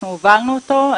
אנחנו הובלנו אותו,